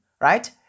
right